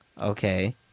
Okay